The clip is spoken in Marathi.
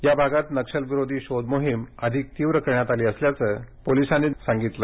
या भागात नक्षलविरोधी शोधमोहिम अधिक तीव्र करण्यात आली असल्याचं पोलीसांनी सांगितलं